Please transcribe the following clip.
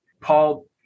Paul